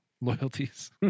loyalties